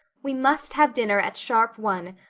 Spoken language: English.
we must have dinner at sharp one,